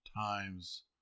times